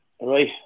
Right